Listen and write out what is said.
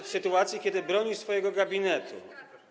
w sytuacji, kiedy broni swojego gabinetu.